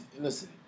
listen